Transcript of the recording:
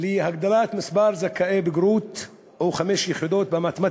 להגדלת מספר זכאי בגרות בחמש יחידות במתמטיקה.